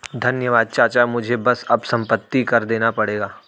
धन्यवाद चाचा मुझे बस अब संपत्ति कर देना पड़ेगा